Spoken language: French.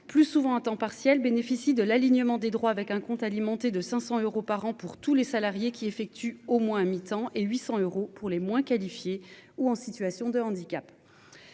plus souvent à temps partiel, bénéficient de l'alignement des droits, avec un compte alimenté de 500 euros par an pour tous les salariés qui effectuent au moins à mi-temps et 800 euros pour les moins qualifiés ou en situation de handicap.